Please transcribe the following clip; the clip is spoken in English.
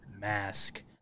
mask